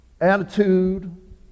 attitude